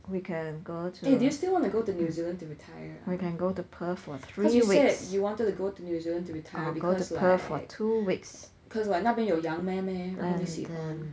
we can go to we can go to perth for three weeks or go to perth for two weeks and then